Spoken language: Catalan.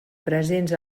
presents